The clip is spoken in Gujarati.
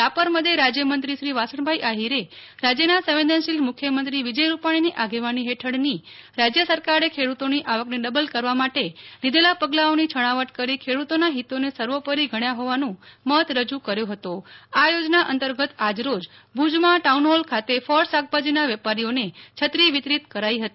રાપર મધ્યે રાજ્યમંત્રીશ્રી વાસણભાઇ આહિરે રાજ્યના સંવેદનશીલ મુ ખ્યમંત્રીશ્રી વિજયભાઇ રૂપાણીની આગેવાની હેઠળની રાજ્ય સરકારે ખેડૂતોની આવકને ડબલ કરવા માટે લીધેલા પગલાંઓની છણાવટ કરી ખેડૂતોના હિતોને સર્વોપરી ગણ્યા હોવાનું મત રજૂ કર્યો હતો આ યોજના અંતર્ગત આજરોજ ભુજમાં ટાઉન હોલ ખાતે શાકભાજીના વેપારીઓને છત્રી વિતરીત કરાઈ હતી